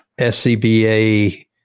SCBA